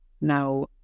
now